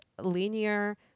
linear